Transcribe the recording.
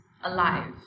alive